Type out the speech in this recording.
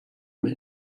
man